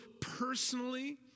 personally